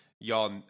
y'all